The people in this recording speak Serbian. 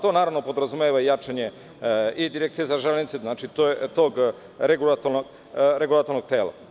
To naravno podrazumeva jačanje i Direkcija za železnice, tog regulatornog tela.